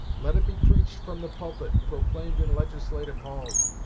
let it be preached from the pulpit, proclaimed in legislative halls,